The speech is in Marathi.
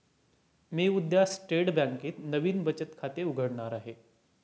मी उद्या स्टेट बँकेत नवीन बचत खाते उघडणार आहे